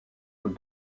aux